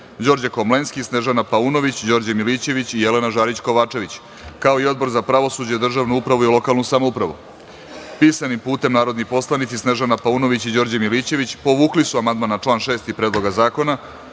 Đorđe Komlenski, Snežana Paunović, Đorđe Milićević i Jelena Žarić Kovačević, kao i Odbor za pravosuđe, državnu upravu i lokalnu samoupravu. Pisanim putem narodni poslanici Snežana Paunović i Đorđe Milićević povukli su amandman na član 6. Predloga zakona,